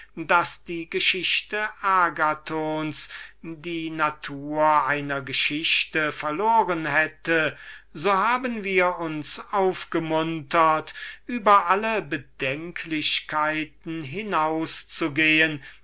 daß die geschichte agathons würklich die natur einer geschichte verloren hätte und zur legende irgend eines moralischen don esplandians geworden wäre so haben wir uns aufgemuntert über alle die ekeln bedenklichkeiten hinauszugehen